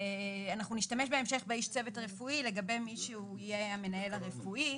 אנחנו נשתמש בהמשך באיש צוות רפואי לגבי מי שהוא יהיה המנהל הרפואי,